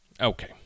Okay